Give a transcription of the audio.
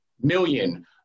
million